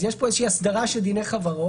אז יש פה איזושהי אסדרה של דיני חברות,